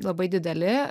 labai dideli